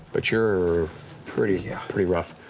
but you're pretty yeah pretty rough.